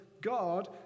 God